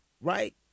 right